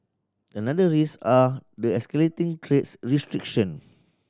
another risk are the escalating trades restriction